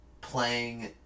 playing